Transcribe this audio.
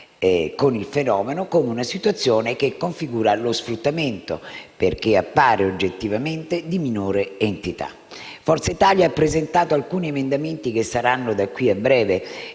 con il fenomeno, con una situazione che configura lo sfruttamento perché appare oggettivamente di minore entità. Forza Italia ha presentato alcuni emendamenti che saranno, da qui a breve,